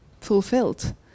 fulfilled